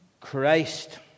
Christ